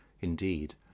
Indeed